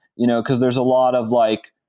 you know because there's a lot of like,